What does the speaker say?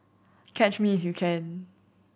catch me you can